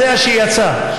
והוא יודע שהיא יצאה.